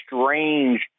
strange